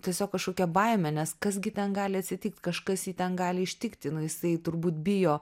tiesiog kažkokia baimė nes kas gi ten gali atsitikt kažkas jį ten gali ištikti nu jisai turbūt bijo